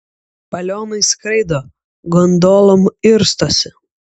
balionais skraido gondolom irstosi